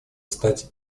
стать